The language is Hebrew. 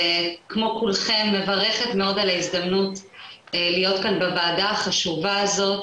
כמו כולכם מברכת מאוד על ההזדמנות להיות כאן בוועדה החשובה הזאת